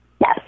Yes